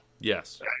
Yes